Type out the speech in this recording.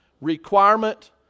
requirement